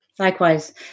Likewise